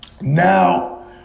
Now